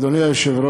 1. אדוני היושב-ראש,